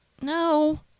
No